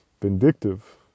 vindictive